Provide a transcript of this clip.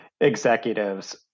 executives